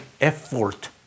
effort